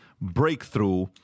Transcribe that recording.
breakthrough